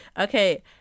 okay